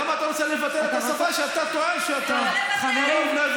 למה אתה רוצה לבטל את השפה שאתה טוען שאתה קרוב אליה?